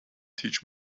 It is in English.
teach